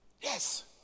Yes